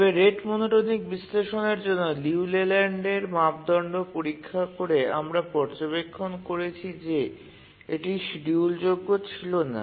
তবে rate monotonic বিশ্লেষণের জন্য লিউ লেল্যান্ডের মাপদণ্ড পরীক্ষা করে আমরা পর্যবেক্ষণ করেছি যে এটি শিডিউলযোগ্য ছিল না